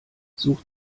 such